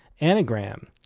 Anagram